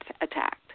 attacked